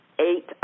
eight